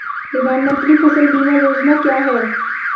प्रधानमंत्री फसल बीमा योजना क्या है?